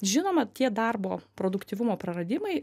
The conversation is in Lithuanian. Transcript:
žinoma tie darbo produktyvumo praradimai